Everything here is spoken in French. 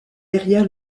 derrière